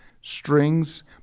strings